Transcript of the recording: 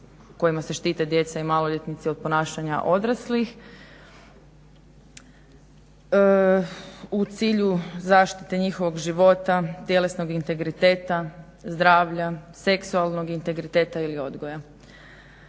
kojima se štite djeca i maloljetnici od ponašanja odraslih u cilju zaštite njihovog života, tjelesnog integriteta, zdravlja, seksualnog integriteta ili odgoja.